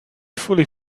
fully